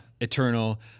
Eternal